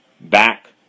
back